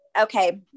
okay